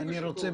אני רוצה,